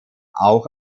auch